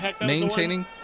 maintaining